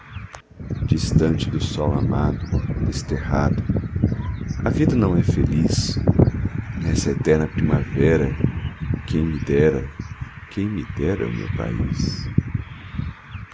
distante do solo amado desterrado a vida não é feliz nessa eterna primavera quem me dera quem me dera o meu país